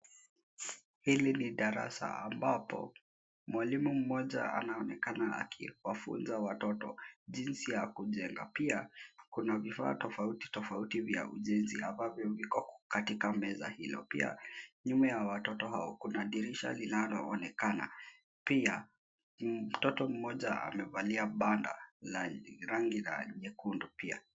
Hili ni darasa ambapo mwalimu mmoja anaonekana akiwafunza watoto jinsi ya kujenga. Pia kuna vifaa tofautitofauti vya ujenzi ambavyo viko katika meza hilo. Pia nyuma ya watoto hao kuna dirisha linaloonekana. Pia mtoto mmoja amevalia banda la rangi ya nyekudu pia.